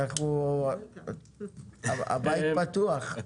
הבית פתוח,